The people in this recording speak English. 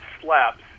slaps